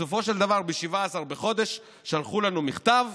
בסופו של דבר, ב-17 בחודש שלחו לנו מכתב.